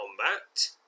combat